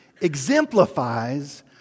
exemplifies